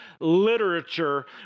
literature